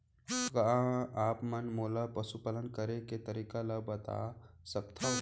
का आप मन मोला पशुपालन करे के तरीका ल बता सकथव?